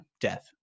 death